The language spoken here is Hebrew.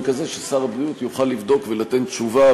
כזה ששר הבריאות יוכל לבדוק ולתת תשובה,